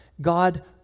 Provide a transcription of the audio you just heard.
God